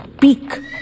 peak